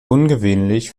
ungewöhnlich